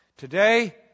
Today